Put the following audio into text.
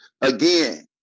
again